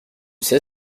sais